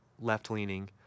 left-leaning